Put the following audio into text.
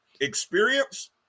experience